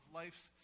life's